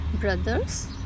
brothers